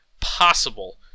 possible